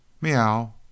Meow